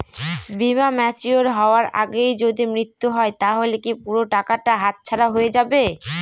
বীমা ম্যাচিওর হয়ার আগেই যদি মৃত্যু হয় তাহলে কি পুরো টাকাটা হাতছাড়া হয়ে যাবে?